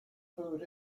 food